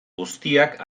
guztiak